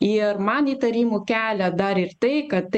ir man įtarimų kelia dar ir tai kad tai